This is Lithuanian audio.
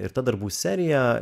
ir ta darbų serija